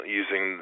using